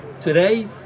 Today